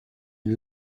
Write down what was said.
une